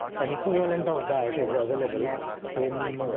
an equivalent of that is available in the.